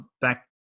back